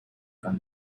غلط